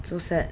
so sad